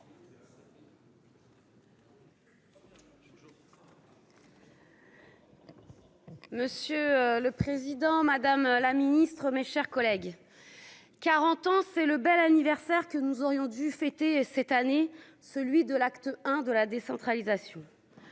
Monsieur le Président, Madame la Ministre, mes chers collègues, 40 ans, c'est le bel anniversaire que nous aurions dû fêter cette année, celui de l'acte I de la décentralisation